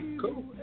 cool